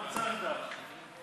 לא צריך דף.